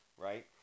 right